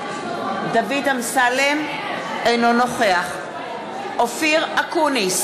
אינו נוכח אופיר אקוניס,